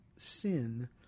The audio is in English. Sin